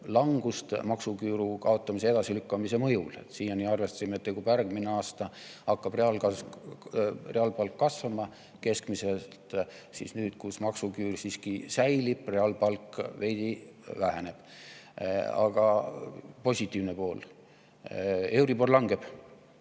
langust maksuküüru kaotamise edasilükkamise mõjul. Siiani arvestasime, et juba järgmisel aastal hakkab keskmine reaalpalk kasvama, aga nüüd, kui maksuküür siiski säilib, reaalpalk veidi väheneb. Aga positiivne pool: euribor langeb,